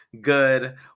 good